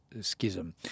schism